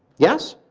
yes.